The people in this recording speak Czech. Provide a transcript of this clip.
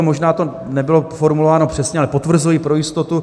Možná to nebylo formulováno přesně, ale potvrzuji pro jistotu.